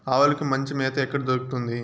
ఆవులకి మంచి మేత ఎక్కడ దొరుకుతుంది?